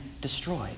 destroyed